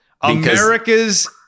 America's